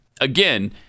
Again